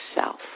self